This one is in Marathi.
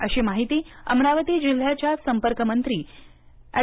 अशी माहिती अमरावती जिल्ह्याच्या संपर्कमंत्री एड